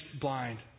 blind